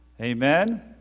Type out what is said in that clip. Amen